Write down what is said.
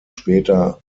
später